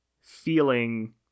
feeling